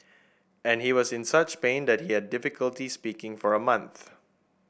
and he was in such pain that he had difficulty speaking for a month